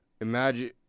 Imagine